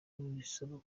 bisaba